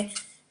60.4%